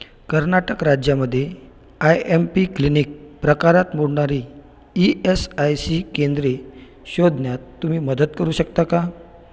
कर्नाटक राज्यामध्ये I M P clinic प्रकारात मोडणारी ई एस आय सी केंद्रे शोधण्यात तुम्ही मदत करू शकता का